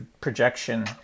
projection